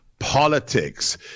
Politics